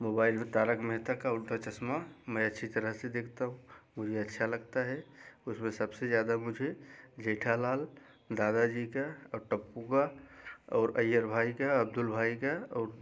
mobile में तारक मेहता का उलट चश्मा मैं अच्छी तरह से देखता हूँ मुझे अच्छा लगता है उसमें सबसे ज़्यादा मुझे जेठालाल दादाजी का और टप्पू का और अय्यर भाई का अब्दुल भाई का और